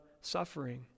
suffering